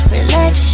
Relax